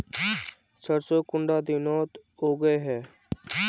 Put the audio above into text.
सरसों कुंडा दिनोत उगैहे?